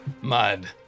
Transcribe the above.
Mud